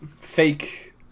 fake